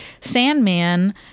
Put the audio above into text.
Sandman